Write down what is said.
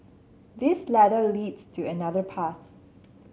this ladder leads to another path